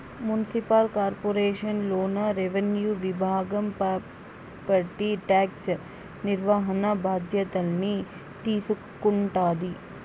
municipal corporation లోన revenue విభాగం property tax నిర్వహణ బాధ్యతల్ని తీసుకుంటాది